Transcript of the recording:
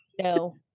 No